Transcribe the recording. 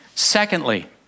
Secondly